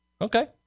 Okay